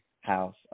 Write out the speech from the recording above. House